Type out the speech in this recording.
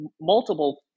multiple